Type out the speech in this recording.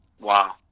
Wow